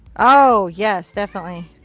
oh yes. definitely.